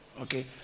Okay